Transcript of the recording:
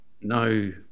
no